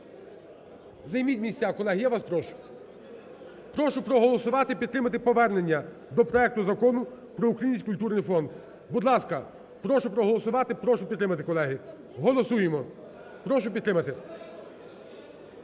Займіть місця, колеги, я вас прошу. Прошу проголосувати і підтримати повернення до проекту Закону про Український культурний фонд. Будь ласка, прошу проголосувати і прошу підтримати, колеги. Голосуємо. Прошу підтримати.